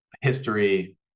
history